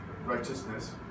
righteousness